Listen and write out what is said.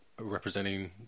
representing